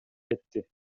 кетти